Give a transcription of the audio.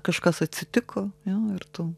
kažkas atsitiko jo ir tu